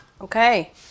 okay